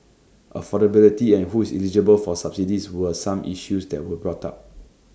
affordability and who is eligible for subsidies were some issues that were brought up